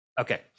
Okay